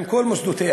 עם כל מוסדותיה,